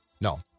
No